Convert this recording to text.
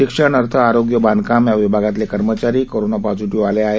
शिक्षण अर्थ आरोग्य बांधकाम या विभागातले कर्मचारी कोरोना पॉझिटिव्ह आले आहेत